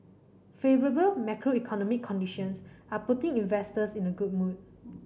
favourable macroeconomic conditions are putting investors in a good mood